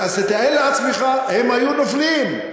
אז תתאר לעצמך, הם היו נופלים.